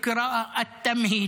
הצבעה בקריאה הטרומית.